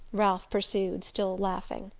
ralph pursued, still laughing.